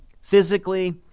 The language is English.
physically